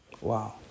Wow